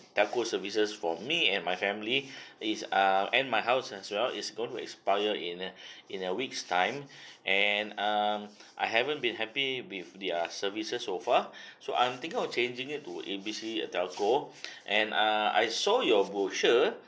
telco services for me and my family is uh and my house as well is going to expire in a in a weeks time and um I haven't been happy with their services so far so I'm thinking of changing it to A B C uh telco and err I saw your brochure